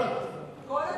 מכל התקופות?